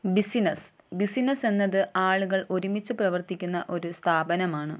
business business എന്നത് ആളുകൾ ഒരുമിച്ച് പ്രവർത്തിക്കുന്ന ഒരു സ്ഥാപനമാണ്